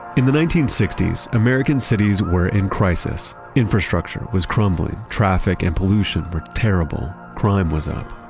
in the nineteen sixty s, american cities were in crisis. infrastructure was crumbling, traffic and pollution were terrible. crime was up.